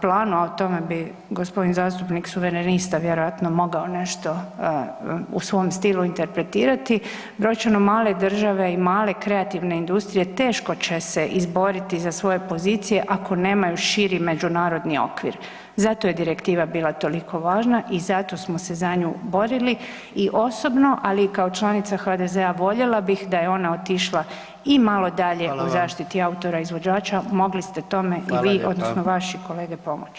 planu, a o tome bi gospodin zastupnik suverenista vjerojatno mogao nešto u svom stilu interpretirati, brojčano male države i male kreativne industrije teško će se izboriti za svoje pozicije ako nemaju širi međunarodni okvir, zato je direktiva bila toliko važna i zato smo se za nju borili i osobno, ali i kao članica HDZ-a voljela bih da je ona otišla i malo dalje u zaštiti autora [[Upadica: Hvala vam.]] izvođača mogli ste tome i vi odnosno vaši [[Upadica: Hvala lijepa.]] kolege pomoći.